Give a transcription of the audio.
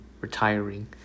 retiring